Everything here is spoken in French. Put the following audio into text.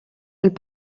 elle